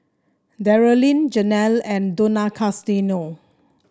Darryle Janelle and Donaciano